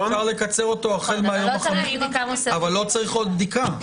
כן, אבל לא צריך בדיקה מוסדית.